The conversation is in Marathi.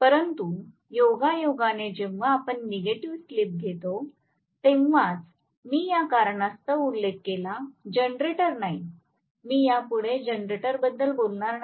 परंतु योगायोगाने जेव्हा आपण नेगेटिव्ह स्लिप घेतो तेव्हाच मी या कारणास्तव उल्लेख केला जनरेटर नाही मी यापुढे जनरेटरबद्दल बोलणार नाही